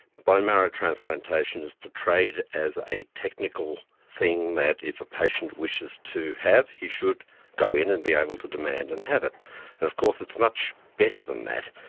bone marrow transplantation was portrayed as a technical thing that if a patient wishes to have he should go in and be able to demand and have it. and of course it's much better than that.